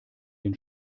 den